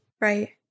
Right